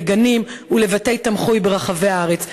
לגנים ולבתי-תמחוי ברחבי הארץ.